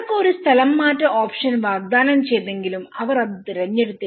അവർക്ക് ഒരു സ്ഥലംമാറ്റ ഓപ്ഷൻ വാഗ്ദാനം ചെയ്തെങ്കിലും അവർ അത് തിരഞ്ഞെടുത്തില്ല